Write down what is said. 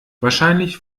wahrscheinlich